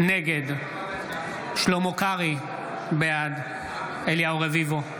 נגד שלמה קרעי, בעד אליהו רביבו,